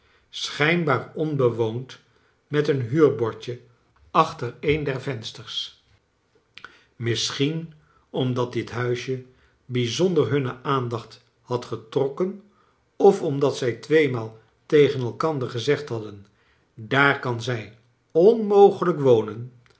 schijnbaar onbewoond met een huurbordje ac liter een der vensters mischarles dickens schien omdat dit liuis bijzonder hunne aandacht had getrokken of omdat zij tweemaal tegen elkander gezegd hadden daar kan zij onmogelijk wooen